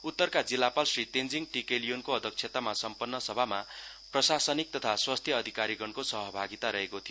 उत्तरका जिल्लापाल श्री तेञ्जीङ टी केलियोनको अध्यक्षतामा सम्पन्न सभामा प्रशासनिक तथा स्वास्थ्य अधिकारीगणको सहभागिता रहेको थियो